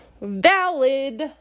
valid